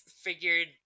figured